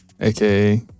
aka